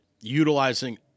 utilizing